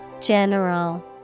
General